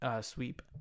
sweep